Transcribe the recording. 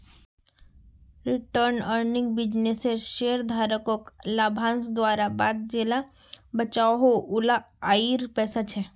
retained earning बिज्नेसेर शेयरधारकोक लाभांस दुआर बाद जेला बचोहो उला आएर पैसा छे